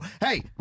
Hey